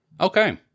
Okay